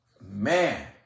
Man